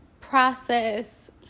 process